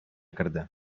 керде